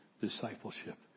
discipleship